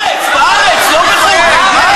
בארץ, בארץ, לא בחו"ל.